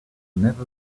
never